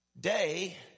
Day